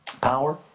Power